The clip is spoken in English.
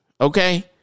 Okay